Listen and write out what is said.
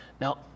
Now